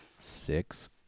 Six